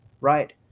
right